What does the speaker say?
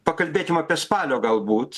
pakalbėkim apie spalio galbūt